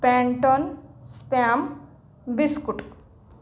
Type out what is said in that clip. panettone spam biscuit